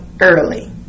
early